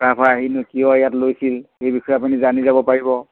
চুকাফা আহিনো কিয় ইয়াত লৈছিল সেই বিষয়ে আপুনি জানি যাব পাৰিব